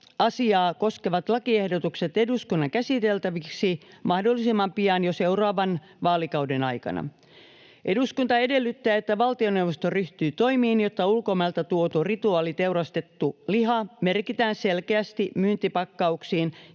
asiaa koskevat lakiehdotukset eduskunnan käsiteltäväksi mahdollisimman pian jo seuraavan vaalikauden aikana. Eduskunta edellyttää, että valtioneuvosto ryhtyy toimiin, jotta ulkomailta tuotu rituaaliteurastettu liha merkitään selkeästi myyntipakkauksiin